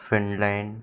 Finland